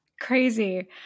Crazy